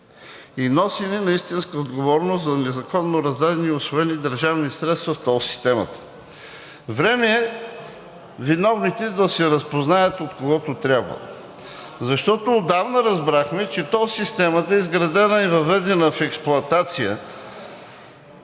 и носене на истинска отговорност за незаконно раздадени и усвоени държавни средства в тол системата. Време е виновните да се разпознаят от когото трябва, защото отдавна разбрахме, че тол системата, изградена и въведена в експлоатация